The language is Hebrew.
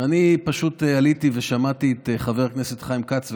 ואני פשוט עליתי ושמעתי את חבר הכנסת חיים כץ,